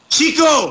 Chico